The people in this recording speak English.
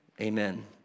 Amen